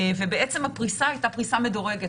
ובעצם הפריסה הייתה פריסה מדורגת,